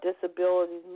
disabilities